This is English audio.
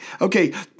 Okay